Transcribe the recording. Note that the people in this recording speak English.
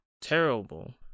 terrible